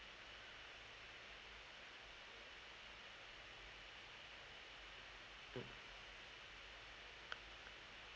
mm